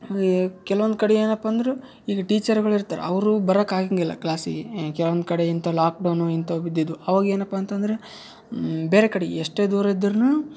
ಕೆಲ್ವೊಂದು ಕಡೆ ಏನಪ್ಪ ಅಂದ್ರೆ ಈಗ ಟೀಚರ್ಗಳು ಇರ್ತಾರೆ ಅವರು ಬರಕ್ಕೆ ಆಗೋಂಗಿಲ್ಲ ಕ್ಲಾಸಿಗೆ ಕೆಲ್ವೊಂದು ಕಡೆ ಇಂಥವು ಲಾಕ್ಡೌನು ಇಂಥವು ಬಿದ್ದಿದ್ದವು ಅವಾಗ ಏನಪ್ಪ ಅಂತಂದ್ರೆ ಬೇರೆ ಕಡೆಗೆ ಎಷ್ಟೇ ದೂರ ಇದ್ರೂನುನು